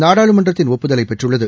நாடாளுமன்றத்தின் ஒப்புதலை பெற்றுள்ளது